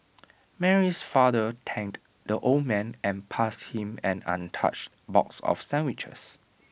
Mary's father thanked the old man and passed him an untouched box of sandwiches